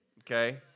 okay